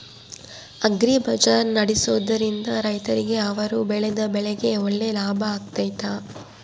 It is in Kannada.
ಅಗ್ರಿ ಬಜಾರ್ ನಡೆಸ್ದೊರಿಂದ ರೈತರಿಗೆ ಅವರು ಬೆಳೆದ ಬೆಳೆಗೆ ಒಳ್ಳೆ ಲಾಭ ಆಗ್ತೈತಾ?